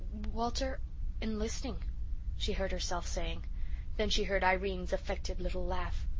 walter enlisting she heard herself saying then she heard irene's affected little laugh.